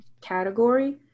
category